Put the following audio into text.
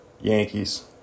Yankees